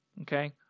Okay